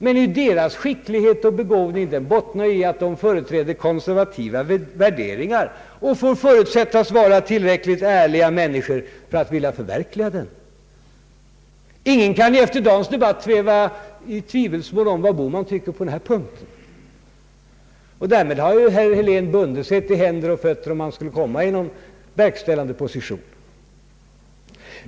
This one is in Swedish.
Men deras skicklighet och begåvning bottnar i att de företräder konservativa värderingar och får förutsättas vara tillräckligt ärliga människor för att vilja förverkliga dessa. Ingen kan efter dagens debatt sväva i tvivelsmål om vad herr Bohman tycker på den här punkten. Därmed har herr Helén bundit sig till händer och fötter, om han skulle komma i någon verkställande position.